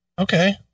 Okay